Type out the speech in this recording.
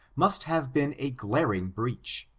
must have been a glaring breach,